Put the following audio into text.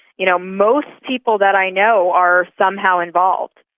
you know, most people that i know are somehow involved.